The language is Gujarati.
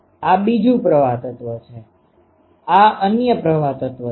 આ બીજું પ્રવાહ તત્વ છે આ અન્ય પ્રવાહ તત્વ છે